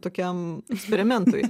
tokiam eksperimentui